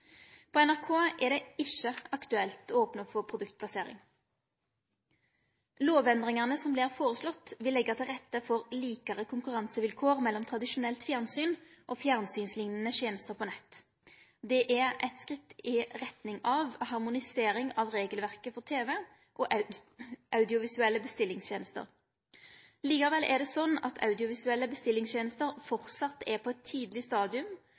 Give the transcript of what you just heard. På NRK er det ikkje aktuelt å opne for produktplassering. Lovendringane som vert foreslåtte, vil leggje til rette for likare konkurransevilkår mellom tradisjonelt fjernsyn og fjernsynsliknande tenester på nett. Det er eit skritt i retning av harmonisering av regelverket for tv og audiovisuelle bestillingstenester. Likevel er det slik at audiovisuelle bestillingstenester framleis er på eit tidleg stadium,